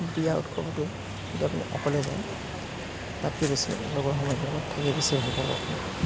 বিয়া উৎসৱতো যদি আপুনি অকলে যায় তাতকৈ বেছি লগৰ সমনীয়াৰ লগত থাকি বেছি ভাল পাব আপুনি